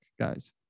guys